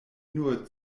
nur